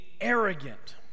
arrogant